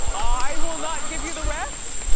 i will not give you the rest.